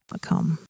come